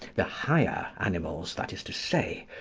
the higher animals, that is to say,